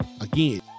again